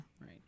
right